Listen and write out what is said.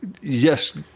Yes